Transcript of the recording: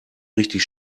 richtig